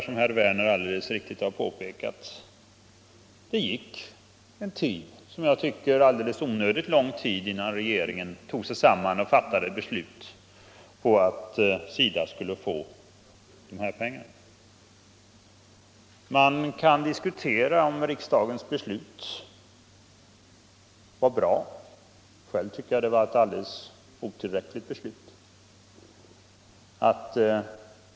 Som herr Werner alldeles riktigt påpekade, gick det en tid — en som jag tycker alldeles onödigt lång tid — innan regeringen tog sig samman och fattade beslutet om att SIDA skulle få de här pengarna. Det kan diskuteras om riksdagens beslut var bra. Själv tycker jag att det var ett alldeles otillräckligt beslut.